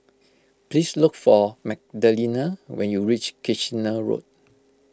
please look for Magdalena when you reach Kitchener Road